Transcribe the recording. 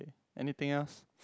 anything else